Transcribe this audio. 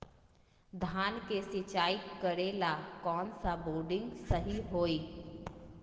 धान के सिचाई करे ला कौन सा बोर्डिंग सही होई?